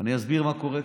אני אסביר מה קורה כאן: